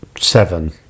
Seven